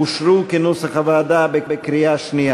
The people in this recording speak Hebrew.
אושרו כנוסח הוועדה בקריאה שנייה.